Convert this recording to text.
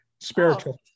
Spiritual